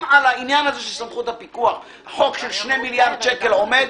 אם על העניין הזה של סמכות הפיקוח חוק של 2 מיליארד שקל עומד,